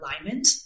alignment